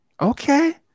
okay